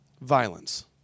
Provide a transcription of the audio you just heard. Violence